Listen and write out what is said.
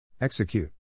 Execute